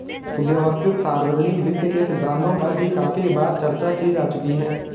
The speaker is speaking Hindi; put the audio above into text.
सुव्यवस्थित सार्वजनिक वित्त के सिद्धांतों पर भी काफी बार चर्चा की जा चुकी है